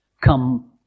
come